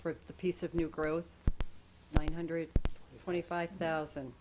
for the piece of new growth nine hundred twenty five thousand